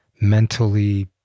mentally